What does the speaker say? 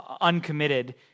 uncommitted